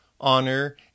honor